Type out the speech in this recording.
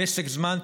פסק זמן,